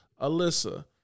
Alyssa